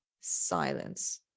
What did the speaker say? silence